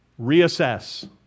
reassess